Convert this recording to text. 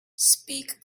speak